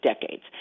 decades